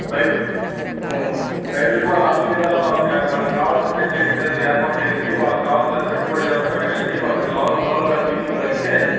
రైతు రైతులకు మనం అన్నీ విధాల మనం వాళ్ళకి కావాల్సిన ఫెసిలిటీస్ అన్నీ ఏర్పాటు చేయగలిగి వాళ్ళకి కావలసిన పెట్టుబడులు ఏమన్న పెట్టగలిగి వాళ్ళకి లోన్లు లోన్లు కానీ తీసి ఇవ్వగలిగితే